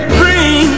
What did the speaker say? bring